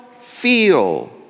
feel